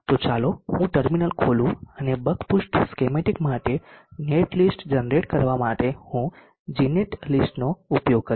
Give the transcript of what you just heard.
તો ચાલો હું ટર્મિનલ ખોલું અને બક બૂસ્ટ સ્કેમેટીક માટે નેટલિસ્ટ જનરેટ કરવા માટે હું જીનેટલીસ્ટનો ઉપયોગ કરીશ